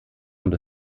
und